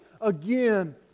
again